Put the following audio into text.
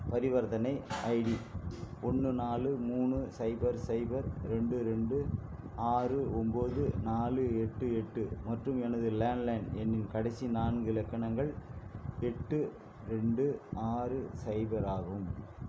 பரிவர்த்தனை ஐடி ஒன்று நாலு மூணு சைபர் சைபர் ரெண்டு ரெண்டு ஆறு ஒம்பது நாலு எட்டு எட்டு மற்றும் எனது லேண்ட்லைன் எண்ணின் கடைசி நான்கு இலக்கணங்கள் எட்டு ரெண்டு ஆறு சைபர் ஆகும்